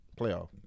playoff